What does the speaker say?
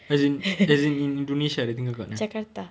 as in as in in indonesia dia tinggal kat mana